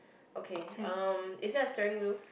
okay um is there a steering wheel